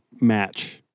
match